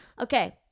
Okay